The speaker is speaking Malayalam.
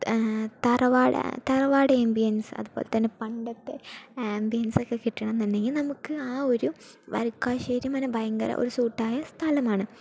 തറവാട് ആ തറവാട് ആമ്പിയൻസ് അതുപോലെത്തന്നെ പണ്ടത്തെ ആമ്പിയൻസോക്കെ കിട്ടണം എന്നുണ്ടെങ്കിൽ നമുക്ക് ആ ഒരു വരിക്കാശ്ശേരി മന ഭയങ്കര ഒരു സ്യൂട്ടായ സ്ഥലമാണ്